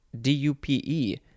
D-U-P-E